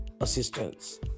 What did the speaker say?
assistance